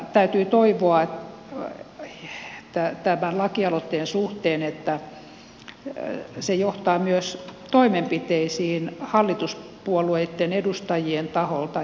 täytyy toivoa tämän lakialoitteen suhteen että se johtaa myös toimenpiteisiin hallituspuolueitten edustajien taholta